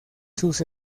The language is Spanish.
sus